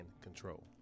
control